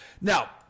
Now